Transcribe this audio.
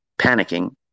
panicking